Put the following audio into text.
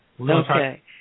Okay